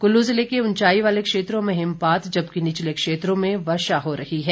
कुल्लू जिले के उंचाई वाले क्षेत्रों में हिमपात जबकि निचले क्षेत्रों में वर्षा हो रही है